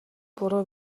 буруу